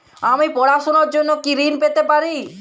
আমি পড়াশুনার জন্য কি ঋন পেতে পারি?